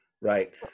Right